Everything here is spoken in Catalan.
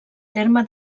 terme